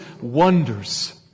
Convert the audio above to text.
wonders